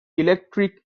electric